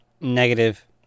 Negative